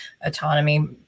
autonomy